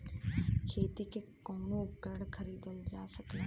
खेती के कउनो उपकरण खरीदल जा सकला